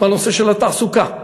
בנושא התעסוקה.